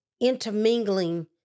intermingling